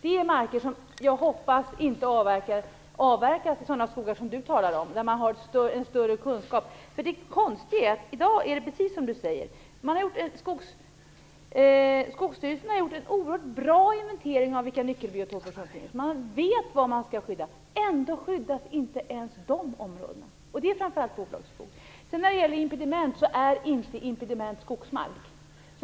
Det är marker som jag hoppas inte avverkas i sådana skogar som Carl G Nilsson talar om, där markägarna har större kunskap. I dag är det precis som Carl G Nilsson säger, dvs. att Skogsstyrelsen har gjort en oerhört bra inventering av vilka nyckelbiotoper som finns och att man vet vad man skall skydda. Ändå skyddas inte ens dessa områden. Och det gäller framför allt bolagsskog. Sedan vill jag säga att impediment inte är skogsmark.